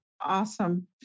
Awesome